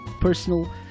personal